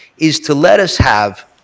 is to let us have